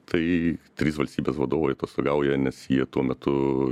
tai trys valstybės vadovai atostogauja nes jie tuo metu